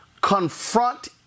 confront